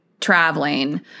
traveling